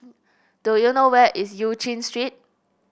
do you know where is Eu Chin Street